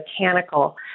mechanical